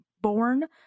born